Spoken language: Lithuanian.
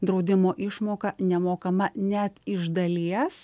draudimo išmoka nemokama net iš dalies